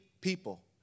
people